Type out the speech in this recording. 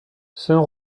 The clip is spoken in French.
saint